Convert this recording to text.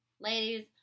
ladies